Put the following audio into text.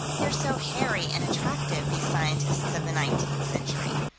they're so hairy and attractive, these scientists of the nineteenth century.